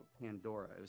Pandora